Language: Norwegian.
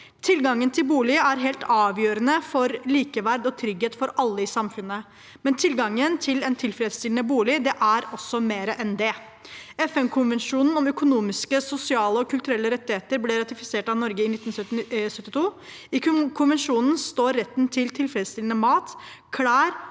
Tilgangen til bolig er helt avgjørende for likeverd og trygghet for alle i samfunnet, men tilgangen til en tilfredsstillende bolig er også mer enn det. FN-konvensjonen om økonomiske, sosiale og kulturelle rettigheter ble ratifisert av Norge i 1972. I konvensjonen står retten til tilfredsstillende mat, klær